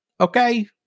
Okay